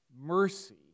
mercy